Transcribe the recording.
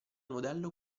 modello